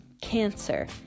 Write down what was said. cancer